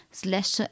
slash